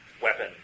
weapon